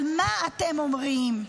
על מה אתם אומרים?